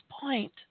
point